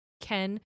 Ken